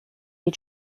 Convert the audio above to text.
you